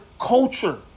culture